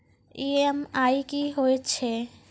EMI कि होय छै?